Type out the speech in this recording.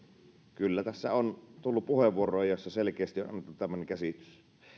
kyllä tässä on tullut puheenvuoroja joissa selkeästi tämmöinen käsitys